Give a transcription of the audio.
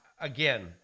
again